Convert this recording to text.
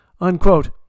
unquote